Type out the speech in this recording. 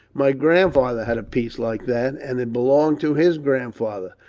my grandfather had a piece like that, and it belonged to his grandfather.